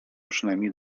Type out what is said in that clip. przynajmniej